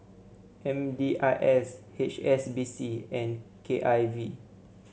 M D I S H S B C and K I V